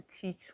teach